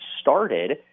started